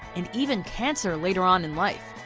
and even cancer later on in life.